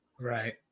Right